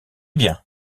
bien